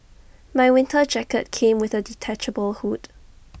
my winter jacket came with A detachable hood